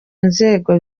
nzego